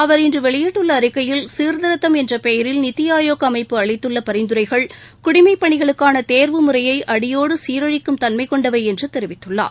அவர் இன்று வெளியிட்டுள்ள அறிக்கையில் சீர்திருத்தம் என்ற பெயரில் நித்தி ஆயோக் அமைப்பு அளித்துள்ள பரிந்துரைகள் குடிமைப்பணிகளுக்கான தேர்வு முறையை அடியோடு சீரழிக்கும் தன்மை கொண்டவை என்று தெரிவித்துள்ளார்